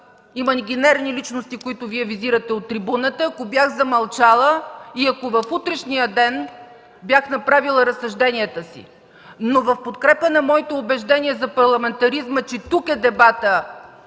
имагинерни личности, които Вие визирате от трибуната, ако бях замълчала и ако в утрешния ден бях направила разсъжденията си. Но в подкрепа на моите убеждения за парламентаризма, че тук дебатът,